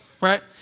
right